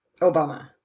Obama